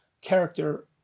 character